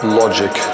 logic